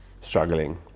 struggling